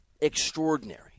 extraordinary